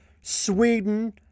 Sweden